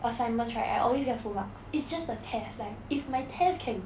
assignments right I always get full marks it's just the test like if my test can